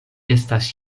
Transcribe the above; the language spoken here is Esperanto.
estas